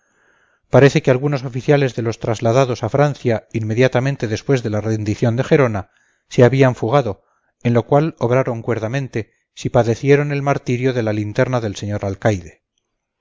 parece que algunos oficiales de los trasladados a francia inmediatamente después de la rendición de gerona se habían fugado en lo cual obraron cuerdamente si padecieron el martirio de la linterna del señor alcaide